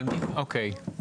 אבל, אוקיי.